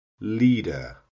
Leader